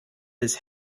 his